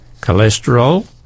cholesterol